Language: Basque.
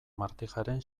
martijaren